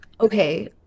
Okay